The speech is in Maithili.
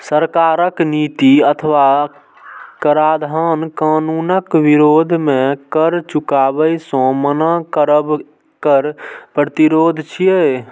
सरकारक नीति अथवा कराधान कानूनक विरोध मे कर चुकाबै सं मना करब कर प्रतिरोध छियै